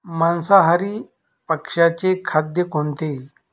मांसाहारी पक्ष्याचे खाद्य कोणते?